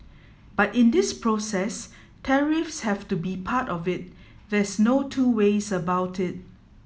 but in this process tariffs have to be part of it there's no two ways about it